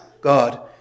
God